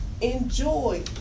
enjoy